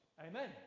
Amen